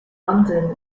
london